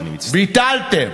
ביטלתם,